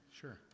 Sure